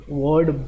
word